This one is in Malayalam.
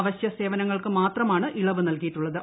അവശ്യ സേവനങ്ങൾക്കു മാത്രമാണ് ഇളവ് നൽകിയിട്ടുള്ളത്